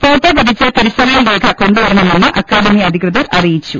photo പതിച്ച തിരിച്ചറിയൽ രേഖ കൊണ്ടുവരണമെന്ന് അക്കാദമി അധികൃതർ അറിയിച്ചു